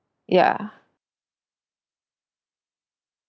ya